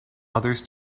others